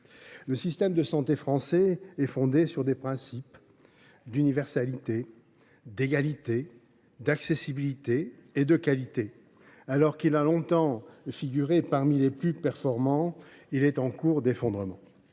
Le système de santé français est fondé sur les principes d’universalité, d’égalité, d’accessibilité et de qualité. Alors qu’il a longtemps figuré parmi les plus performants, il est aujourd’hui en cours d’effondrement.